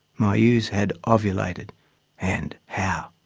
my ewes had ovulated and how!